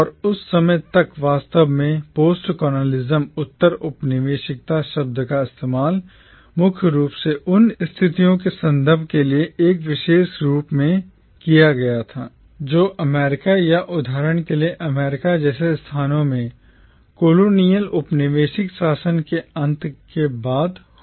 और उस समय तक वास्तव में postcolonialism उत्तर औपनिवेशिकता शब्द का इस्तेमाल मुख्य रूप से उन स्थितियों या स्थितियों के संदर्भ के लिए एक विशेषण के रूप में किया गया था जो अमेरिका या उदाहरण के लिए अमेरिका जैसे स्थानों में colonial औपनिवेशिक शासन के अंत के बाद हुई थीं